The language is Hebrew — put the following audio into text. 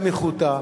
בניחותא.